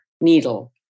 needle